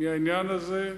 מהעניין הזה,